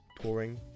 touring